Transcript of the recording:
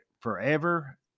forever